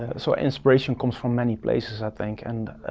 ah so inspiration comes from many places i think and